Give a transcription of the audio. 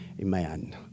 Amen